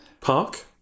Park